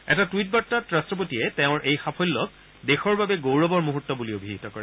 এটা টুইট বাৰ্তাত ৰাষ্ট্ৰপতিয়ে তেওঁৰ এই সাফল্যক দেশৰ বাবে গৌৰৱৰ মুহূৰ্ত বুলি অভিহিত কৰে